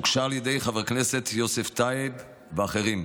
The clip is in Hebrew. הוגשה על ידי חבר הכנסת יוסף טייב ואחרים.